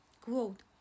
Quote